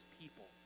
people